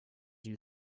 you